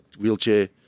wheelchair